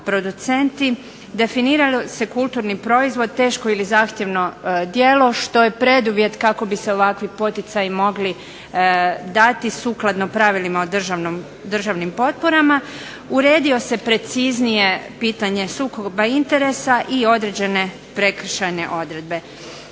producenti, definiralo se kulturni proizvod, teško ili zahtjevno djelo što je preduvjet kako bi se ovakvi poticaji mogli dati sukladno pravilima o državnim potporama. Uredilo se preciznije pitanje sukoba interesa i određene prekršajne odredbe.